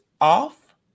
off